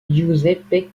giuseppe